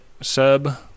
sub